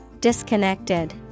Disconnected